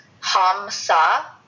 Hamsa